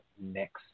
next